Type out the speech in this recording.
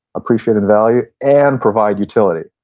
appreciate in value, and provide utility.